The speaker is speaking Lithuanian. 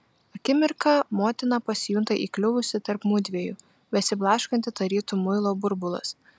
akimirką motina pasijunta įkliuvusi tarp mudviejų besiblaškanti tarytum muilo burbulas